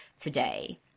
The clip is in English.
today